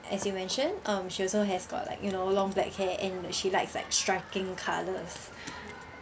as you mentioned um she also has got like you know long black hair and she likes like striking colours